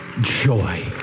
joy